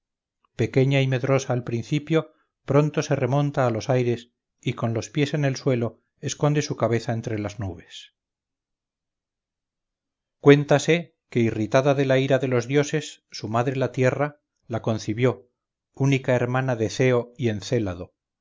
pequeña y medrosa al principio pronto se remonta a los aires y con los pies en el suelo esconde su cabeza entre las nubes cuéntase que irritada de la ira de los dioses su madre la tierra la concibió última hermana de ceo y encélado